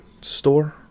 store